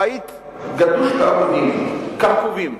הבית גדוש בעמודים, כרכובים,